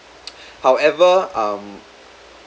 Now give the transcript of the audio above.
however um